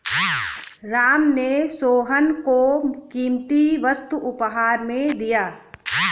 राम ने सोहन को कीमती वस्तु उपहार में दिया